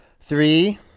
Three